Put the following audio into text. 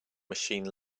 machine